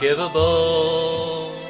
Unforgivable